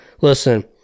Listen